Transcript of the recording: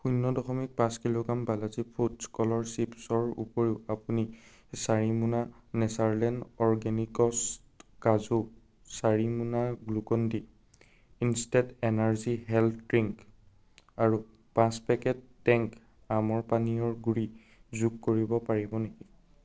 শূন্য দশমিক পাঁচ কিলোগ্ৰাম বালাজী ফুডছ্ কলৰ চিপচৰ উপৰিও আপুনি চাৰি মোনা নেচাৰলেণ্ড অৰগেনিকছ কাজু চাৰি মোনা Glucon D instant energy health drink আৰু পাঁচ পেকেট টেংক আমৰ পানীয়ৰ গুড়ি যোগ কৰিব পাৰিব নিকি